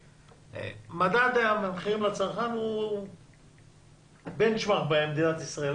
מדד המחירים לצרכן הוא בנצ'מרק במדינת ישראל,